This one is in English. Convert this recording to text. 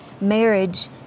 Marriage